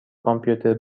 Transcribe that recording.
کامپیوتر